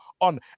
on